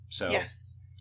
Yes